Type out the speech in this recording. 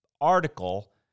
article